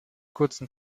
kurzen